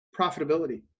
profitability